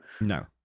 no